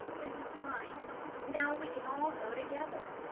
this is fine now we can all go together!